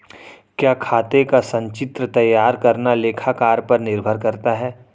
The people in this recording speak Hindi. क्या खाते का संचित्र तैयार करना लेखाकार पर निर्भर करता है?